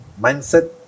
mindset